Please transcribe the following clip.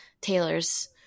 taylor's